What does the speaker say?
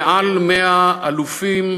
ויותר מ-100 אלופים,